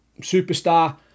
superstar